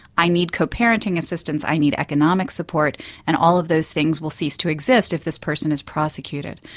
i need co-parenting assistance, i need economic support and all of those things will cease to exist if this person is prosecuted'.